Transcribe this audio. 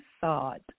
thought